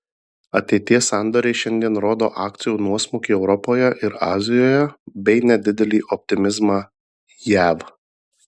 ateities sandoriai šiandien rodo akcijų nuosmukį europoje ir azijoje bei nedidelį optimizmą jav